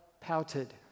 pouted